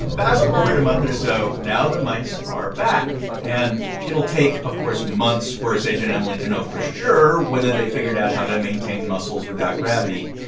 fast forward a month or so. now the mice are back. and it'll take, of course, months for se-jin and emily to know for sure whether they figured out how to maintain muscles without gravity.